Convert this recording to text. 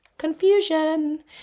confusion